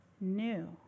new